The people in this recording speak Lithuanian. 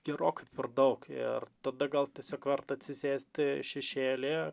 gerokai per daug ir tada gal tiesiog verta atsisėsti šešėlyje